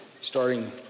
starting